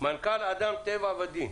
מנכ"ל אדם טבע ודין.